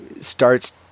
starts